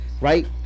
right